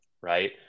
right